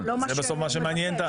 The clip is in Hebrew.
אחרי שקיבלת החלטה בעניינו,